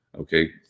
Okay